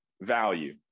value